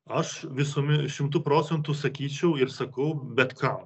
aš visuome šimtu procentų sakyčiau ir sakau bet ką